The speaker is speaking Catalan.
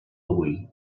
avui